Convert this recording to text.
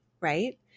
right